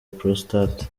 prostate